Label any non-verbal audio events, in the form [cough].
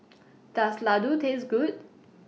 [noise] Does Ladoo Taste Good